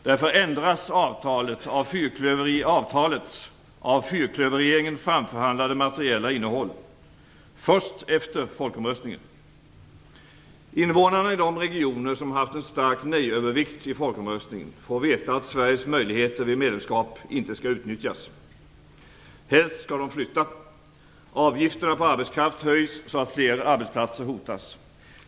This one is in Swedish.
Därför ändras avtalets av fyrklöverregeringen framförhandlade materiella innehåll först efter folkomröstningen. Invånarna i de regioner som haft en stark nejövervikt i folkomröstningen får veta att Sveriges möjligheter vid medlemskap inte skall utnyttjas. Helst skall de flytta. Avgifterna på arbetskraft höjs så att fler arbetsplatser hotas.